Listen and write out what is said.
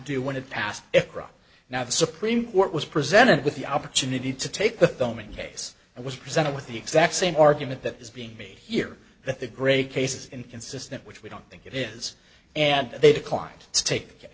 do when it passed now the supreme court was presented with the opportunity to take the filming case and was presented with the exact same argument that is being made here that the great cases inconsistent which we don't think it is and they declined t